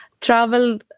travel